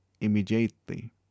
immediately